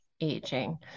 aging